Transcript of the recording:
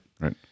Right